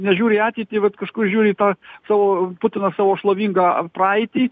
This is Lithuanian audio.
nežiūri į ateitį bet kažkur žiūri į tą savo putinas savo šlovingą praeitį